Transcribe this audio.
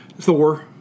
Thor